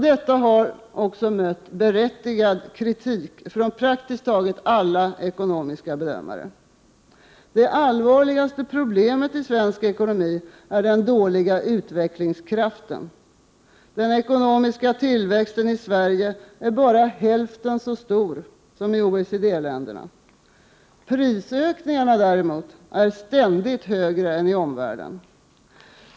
Detta har också mött berättigad kritik från praktiskt taget alla ekonomiska bedömare. Det allvarligaste problemet i svensk ekonomi är den dåliga utvecklingskraften. Den ekonomiska tillväxten i Sverige är bara hälften så stor som i OECD-länderna. Prisökningarna däremot är ständigt högre än i omvärlden.